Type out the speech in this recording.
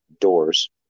doors